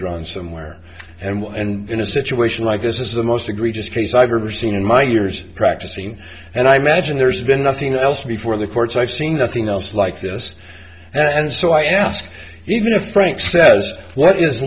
drawn somewhere and well and in a situation like this is the most egregious case i've ever seen in my years practicing and i imagine there's been nothing else before the courts i've seen nothing else like this and so i ask even if frank says what is